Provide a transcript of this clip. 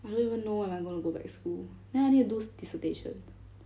I don't even know when I'm gonna go back school then I need to do di~ dissertation